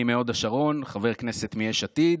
אני מהוד השרון, חבר כנסת מיש עתיד,